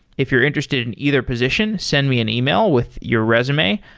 if you're interested in either position, send me an email with your resume,